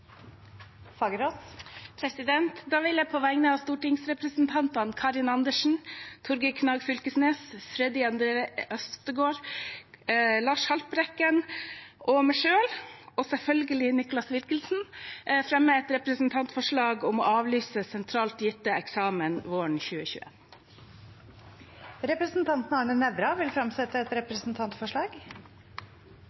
Fagerås vil fremsette et representantforslag. Jeg vil på vegne av stortingsrepresentantene Karin Andersen, Torgeir Knag Fylkesnes, Freddy André Øvstegård, Lars Haltbrekken, Nicholas Wilkinson og meg selv fremme et representantforslag om å avlyse sentralt gitt eksamen våren 2021. Representanten Arne Nævra vil fremsette et